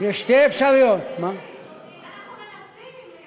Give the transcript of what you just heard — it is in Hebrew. יש שתי אפשרויות, אנחנו מנסים.